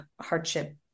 hardship